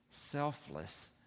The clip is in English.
selfless